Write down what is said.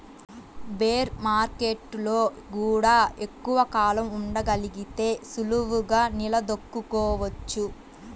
bear మార్కెట్టులో గూడా ఎక్కువ కాలం ఉండగలిగితే సులువుగా నిలదొక్కుకోవచ్చు